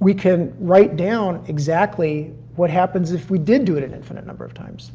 we can write down exactly what happens if we did do it an infinite number of times.